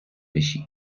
بشی